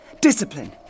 Discipline